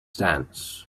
dance